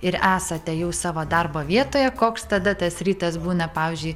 ir esate jau savo darbo vietoje koks tada tas rytas būna pavyzdžiui